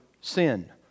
sin